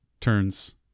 turns